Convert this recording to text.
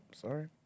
sorry